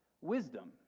wisdom